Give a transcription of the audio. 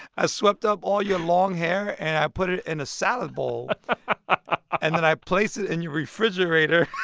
i swept up all your long hair and i put it in a salad bowl and then i placed it in your refrigerator.